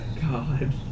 God